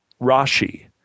Rashi